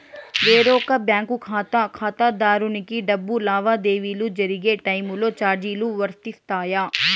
వేరొక బ్యాంకు ఖాతా ఖాతాదారునికి డబ్బు లావాదేవీలు జరిగే టైములో చార్జీలు వర్తిస్తాయా?